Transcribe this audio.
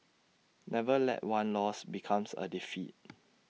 never let one loss become A defeat